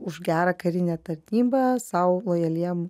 už gerą karinę tarnybą sau lojaliem